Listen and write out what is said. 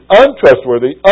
untrustworthy